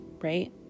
Right